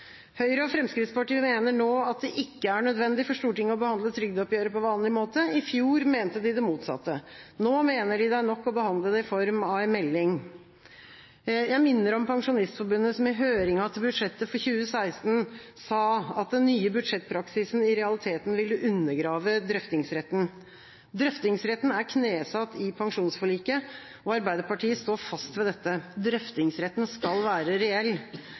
Høyre og Fremskrittspartiet mener nå at det ikke er nødvendig for Stortinget å behandle trygdeoppgjøret på vanlig måte. I fjor mente de det motsatte. Nå mener de det er nok å behandle det i form av en melding. Jeg minner om Pensjonistforbundet, som i høringa til budsjettet for 2016 sa at den nye budsjettpraksisen i realiteten ville undergrave drøftingsretten. Drøftingsretten er knesatt i pensjonsforliket, og Arbeiderpartiet står fast ved dette. Drøftingsretten skal være reell.